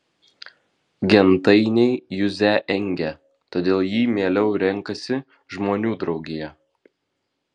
gentainiai juzę engia todėl ji mieliau renkasi žmonių draugiją